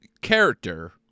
character